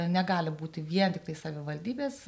negali būti vien tiktai savivaldybės